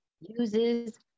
uses